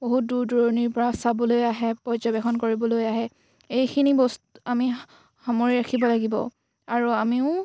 বহুত দূৰ দূৰণিৰ পৰা চাবলৈ আহে পৰ্যবেক্ষণ কৰিবলৈ আহে এইখিনি বস্তু আমি সামৰি ৰাখিব লাগিব আৰু আমিও